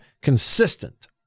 consistent